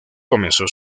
comenzó